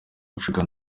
african